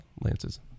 Lance's